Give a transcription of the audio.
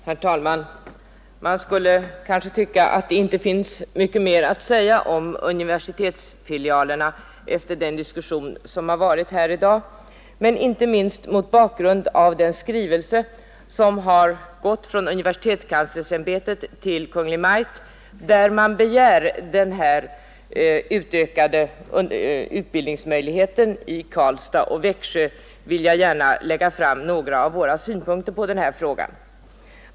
Herr talman! Man skulle kanske tycka att det inte finns mycket att säga om universitetsfilialerna efter den diskussion som har varit här i dag, men inte minst mot bakgrund av den skrivelse som har gått från universitetskanslersämbetet till Kungl. Maj:t, där man begär utökade utbildningsmöjligheter i Karlstad och Växjö, vill jag gärna lägga fram några av våra synpunkter på denna fråga.